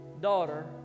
daughter